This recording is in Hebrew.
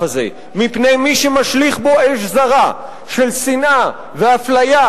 הזה מפני מי שמשליך בו אש זרה של שנאה ואפליה,